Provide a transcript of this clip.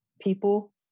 People